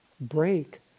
break